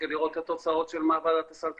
לראות את התוצאות של מה ועדת הסל תחליט.